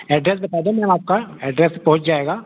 address बता दें ma'am आपका ऐड्रेस पर पहुँच जाएगा